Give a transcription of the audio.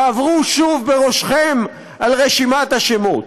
תעברו שוב בראשכם על רשימת השמות.